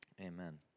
amen